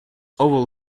oval